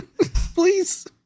Please